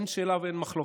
אין שאלה ואין מחלוקת.